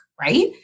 right